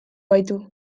baitu